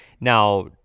now